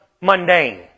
mundane